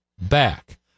back